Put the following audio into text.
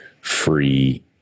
free